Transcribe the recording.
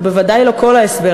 הוא בוודאי לא כל ההסבר.